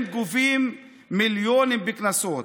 הם גובים מיליונים בקנסות